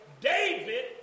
David